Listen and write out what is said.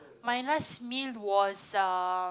my last meal was uh